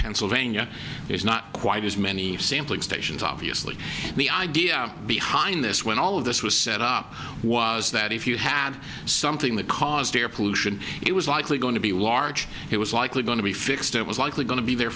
pennsylvania it's not quite as many sampling stations obviously the idea behind this when all of this was set up was that if you had something that caused air pollution it was likely going to be large it was likely going to be fixed it was likely going to be there